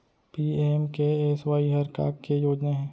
PMKSY हर का के योजना हे?